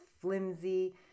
flimsy